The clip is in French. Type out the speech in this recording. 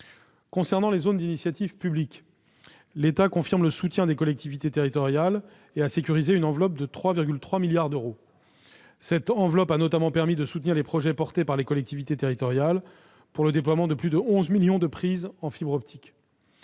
Concernant les zones d'initiative publique, l'État confirme son soutien aux collectivités territoriales et a sécurisé une enveloppe de 3,3 milliards d'euros. Cette enveloppe a notamment permis de soutenir les projets portés par les collectivités territoriales pour le déploiement de plus de onze millions de prises en fibre optique.